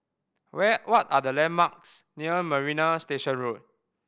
where what are the landmarks near Marina Station Road